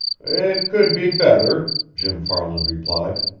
it could be better, jim farland replied,